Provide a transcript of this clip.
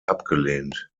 abgelehnt